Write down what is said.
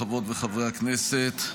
חברות וחברי הכנסת,